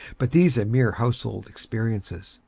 but these are mere household experiences.